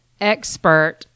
expert